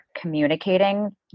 communicating